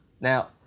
Now